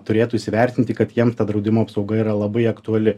turėtų įsivertinti kad jiem ta draudimo apsauga yra labai aktuali